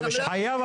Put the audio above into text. כשמשקפים,